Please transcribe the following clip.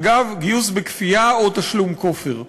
אגב, גיוס בכפייה או תשלום כופר.